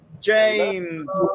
James